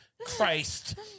Christ